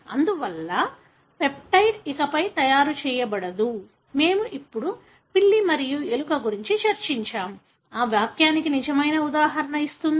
అందువల్ల పెప్టైడ్ ఇకపై తయారు చేయబడదు మేము ఇప్పుడు పిల్లి మరియు ఎలుక గురించి చర్చించాము ఆ వాక్యానికి నిజమైన ఉదాహరణ ఇస్తుందా